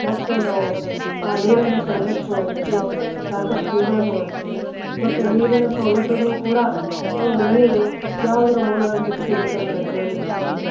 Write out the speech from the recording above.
ಮತ್ತು ನಾವು ಆ ನೀರನ್ನು ಸಂಗ್ರಹಿಸ್ಕೊಳ್ಳಲಿಕ್ಕೆ ಸಾಕಷ್ಟು ಇವುಗಳನ್ನು ಬಳಸ್ತೀವಿ ಮತ್ತು ನೀರಿನ ಸೌಲಭ್ಯಗಳು ಕೂಡ ನಮಗೆ ನೀರು ಯಾವುದ್ರ ಮೂಲಗಳಿಂದ ಸಿಗುತ್ತಂದ್ರೆ ನದಿಗಳಿಂದ ಸಿಗ್ಬೋದು